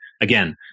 again